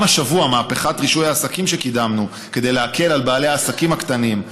מהפכת רישוי העסקים שקידמנו השבוע כדי להקל על בעלי העסקים הקטנים,